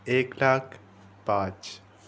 एक लाख पाँच